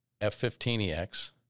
F-15EX